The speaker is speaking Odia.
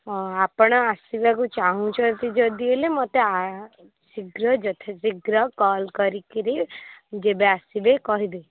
ହଁ ଆପଣ ଆସିବାକୁ ଚାହୁଁଛନ୍ତି ଯଦି ହେଲେ ମୋତେ ଶୀଘ୍ର ଯଥାଶୀଘ୍ର କଲ୍ କରିକରି ଯେବେ ଆସିବେ କହିବେ